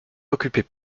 occupez